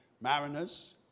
mariners